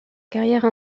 carrière